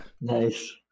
Nice